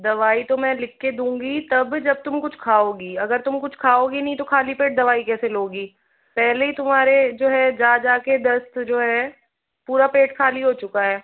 दवाई तो मैं लिख के दूँगी तब जब तुम कुछ खाओगी अगर तुम कुछ खाओगी नहीं तो खाली पेट दवाई कैसे लोगी पहले ही तुम्हारे जो है जा जा के दस्त जो है पूरा पेट खाली हो चुका है